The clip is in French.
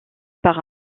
par